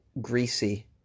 greasy